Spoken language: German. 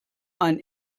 ein